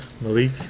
Malik